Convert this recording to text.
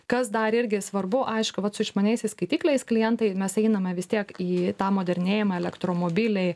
kas dar irgi svarbu aišku vat su išmaniaisiais skaitikliais klientai mes einame vis tiek į tą modernėjimą elektromobiliai